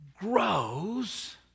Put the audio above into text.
grows